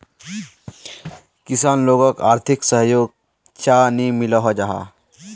किसान लोगोक आर्थिक सहयोग चाँ नी मिलोहो जाहा?